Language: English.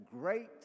great